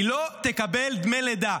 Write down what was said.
היא לא תקבל דמי לידה.